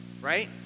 right